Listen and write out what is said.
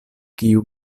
kiu